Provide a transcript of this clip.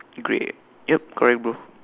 grey yup correct bro